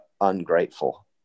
ungrateful